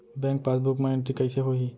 Bank passbook मा entry कइसे होही?